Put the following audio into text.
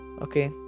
Okay